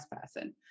person